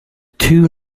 two